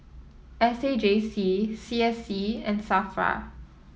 S A J C C S C and Safra